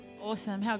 Awesome